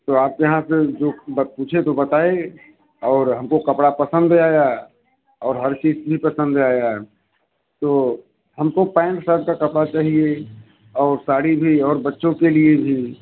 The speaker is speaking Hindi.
तो आपके यहाँ पूछे तो बताएँ और हमको कपड़ा पसंद आया और हर चीज भी पसंद आया तो हमको पैंट शर्ट का कपड़ा चाहिए और साड़ी भी और बच्चों के लिए भी